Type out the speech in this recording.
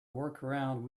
workaround